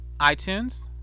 iTunes